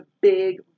big